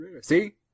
See